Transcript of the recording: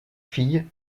fille